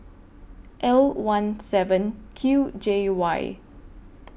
L one seven Q J Y